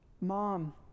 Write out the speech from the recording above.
Mom